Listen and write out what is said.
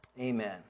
Amen